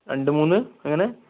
രണ്ട് മൂന്ന് എങ്ങനെ